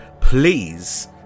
please